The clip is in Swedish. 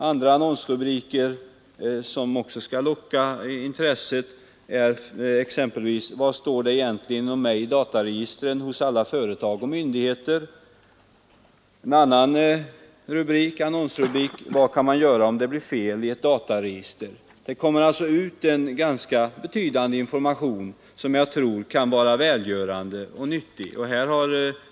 Andra annonsrubriker, som också skall väcka intresse, är exempelvis ”Vad står det egentligen om mig i dataregistren hos alla företag och myndigheter?” och ”Vad kan man göra om det blir fel i ett dataregister? ””. Det kommer alltså att spridas en ganska omfattande information, som jag tror kan vara välgörande och nyttig.